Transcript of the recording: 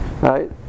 Right